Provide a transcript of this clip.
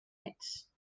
ets